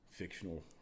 Fictional